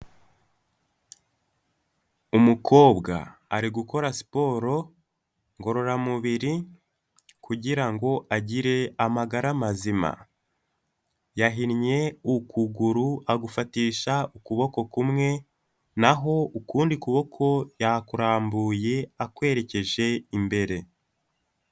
Umukobwa ari gukora siporo ngororamubiri kugira ngo agire amagara mazima, yahinnye ukuguru agufatisha ukuboko kumwe, naho ukundi kuboko yakurambuye akwerekeje imbere.